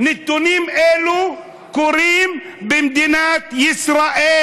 נתונים אלו קורים במדינת ישראל,